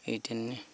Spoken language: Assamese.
এই তেনেকৈ